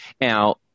Now